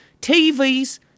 TV's